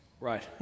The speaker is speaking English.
Right